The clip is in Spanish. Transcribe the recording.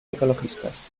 ecologistas